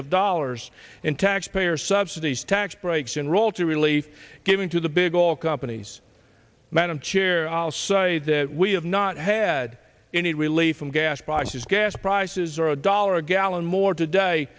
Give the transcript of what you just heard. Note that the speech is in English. of dollars in taxpayer subsidies tax breaks enroll to really giving to the big oil companies madam chair i'll say that we have not had any relief from gas prices gas prices are a dollar a gallon more today